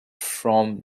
from